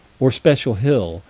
or special hill,